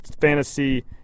fantasy